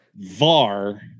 VAR